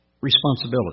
responsibility